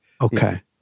Okay